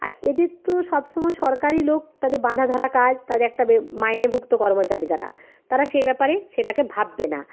আর এদের তো সবসময় সরকারি লোক তাদের বাঁধাধরা কাজ তাদের একটা বে মাইনেভুক্ত কর্মচারী তারা তারা সেই ব্যাপারে সেটাকে ভাববে না